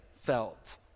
felt